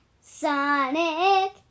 Sonic